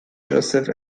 joseph